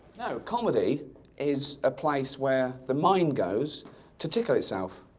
no, comedy is a place where the mind goes to tickle itself.